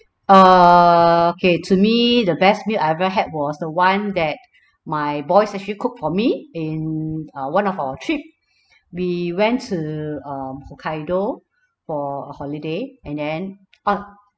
err okay to me the best meal I've ever had was the one that my boys actually cook for me in uh one of our trip we went to um hokkaido for a holiday and then but